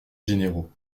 généraux